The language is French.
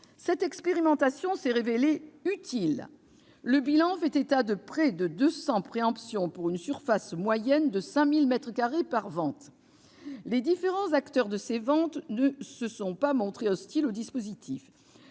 Cette expérimentation s'est révélée utile. Le bilan fait état de près de 200 préemptions, pour une surface moyenne de 5 000 mètres carrés par vente. Les différents acteurs de ces ventes ne se sont pas montrés hostiles au dispositif.